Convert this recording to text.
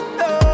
no